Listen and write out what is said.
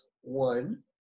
one